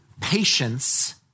patience